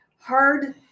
hard